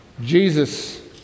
Jesus